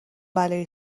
بلایی